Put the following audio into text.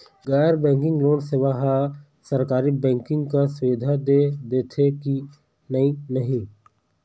गैर banking loan सेवा हा सरकारी बैंकिंग कस सुविधा दे देथे कि नई नहीं?